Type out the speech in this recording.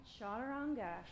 chaturanga